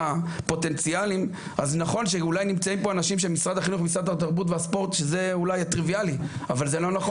כמובן אנחנו חושבים שאורח חיים פעיל ובריא זה הדבר אולי הכי חשוב.